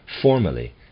formally